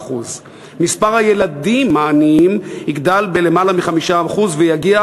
ל-23%; מספר הילדים העניים יגדל בלמעלה מ-5% ויגיע